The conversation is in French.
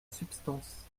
substance